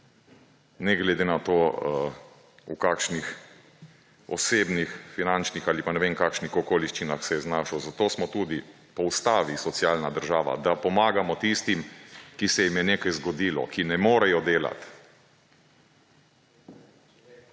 ne glede na to, v kakšnih osebnih finančnih ali pa ne vem kakšnih okoliščinah se je znašel. Zato smo tudi po ustavi socialna država, da pomagamo tistim, ki se jim je nekaj zgodilo, ki ne morejo delati.